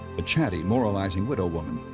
a chatty, moralizing widow woman.